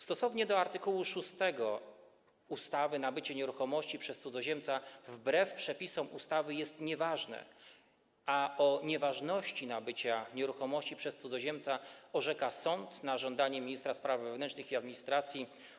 Stosownie do art. 6 ustawy nabycie nieruchomości przez cudzoziemca wbrew przepisom ustawy jest nieważne, a o nieważności nabycia nieruchomości przez cudzoziemca orzeka sąd na żądanie ministra spraw wewnętrznych i administracji.